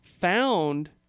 found